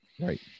Right